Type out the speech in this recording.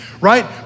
right